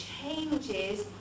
changes